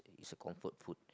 is a comfort food